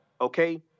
okay